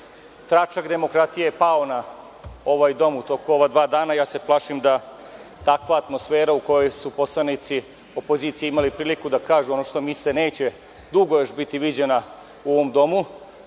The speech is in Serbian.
Tračak demokratije je pao na ovaj dom u toku ova dva dana, ja se plašim da takva atmosfera u kojoj su poslanici opozicije imali priliku da kažu ono što misle, neće biti još dugo viđena u ovom domu,